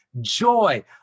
joy